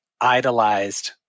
idolized